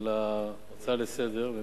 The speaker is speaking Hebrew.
על ההצעה לסדר-היום.